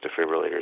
defibrillators